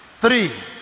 three